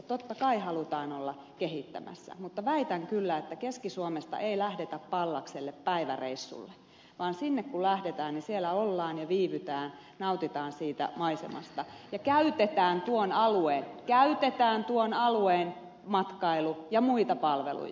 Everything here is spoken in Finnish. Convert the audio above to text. totta kai halutaan olla kehittämässä mutta väitän kyllä että keski suomesta ei lähdetä pallakselle päiväreissulle vaan sinne kun lähdetään siellä ollaan ja viivytään nautitaan siitä maisemasta ja käytetään tuon alueen matkailu ja muita palveluja